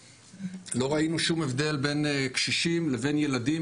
לא ראינו שום הבדל בין קשישים לבין ילדים.